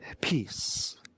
peace